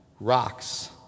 rocks